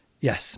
Yes